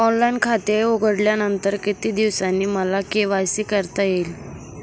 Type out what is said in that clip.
Online खाते उघडल्यानंतर किती दिवसांनी मला के.वाय.सी करता येईल?